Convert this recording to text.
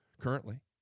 currently